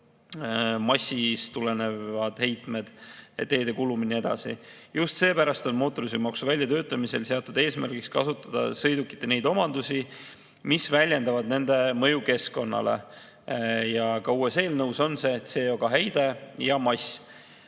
massist tulenevad heitmed, teede kulumine ja nii edasi. Just seepärast on mootorsõidukimaksu väljatöötamisel seatud eesmärgiks kasutada sõidukite neid omadusi, mis väljendavad mõju keskkonnale, ka uues eelnõus on nendeks CO2heide ja mass.